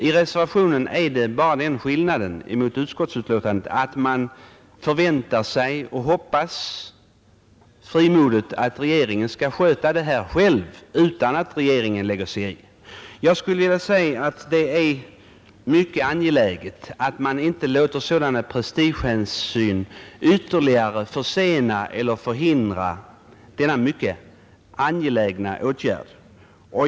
I reservationen finns bara den skillnaden mot utskottsmajoritetens betänkande att man förväntar sig och frimodigt hoppas att regeringen skall sköta det här själv utan att riksdagen lägger sig i det. Det är mycket väsentligt att man inte låter sådana prestigehänsyn ytterligare försena eller förhindra denna mycket angelägna åtgärd.